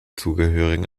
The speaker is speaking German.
zugehörigen